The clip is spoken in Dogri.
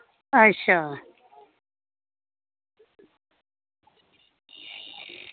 अच्छा